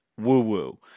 woo-woo